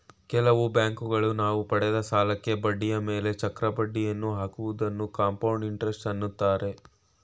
ಕೆಲವು ಬ್ಯಾಂಕುಗಳು ನಾವು ಪಡೆದ ಸಾಲಕ್ಕೆ ಬಡ್ಡಿಯ ಮೇಲೆ ಚಕ್ರ ಬಡ್ಡಿಯನ್ನು ಹಾಕುವುದನ್ನು ಕಂಪೌಂಡ್ ಇಂಟರೆಸ್ಟ್ ಅಂತಾರೆ